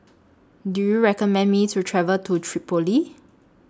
Do YOU recommend Me to travel to Tripoli